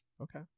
Okay